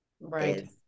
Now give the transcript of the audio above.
Right